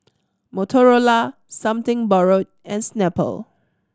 Motorola Something Borrowed and Snapple